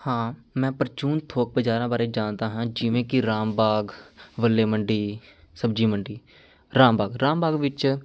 ਹਾਂ ਮੈਂ ਪ੍ਰਚੂਨ ਥੋਕ ਬਜ਼ਾਰਾਂ ਬਾਰੇ ਜਾਣਦਾ ਹਾਂ ਜਿਵੇਂ ਕਿ ਰਾਮ ਬਾਗ ਬੱਲੇ ਮੰਡੀ ਸਬਜ਼ੀ ਮੰਡੀ ਰਾਮ ਬਾਗ ਰਾਮ ਬਾਗ ਵਿੱਚ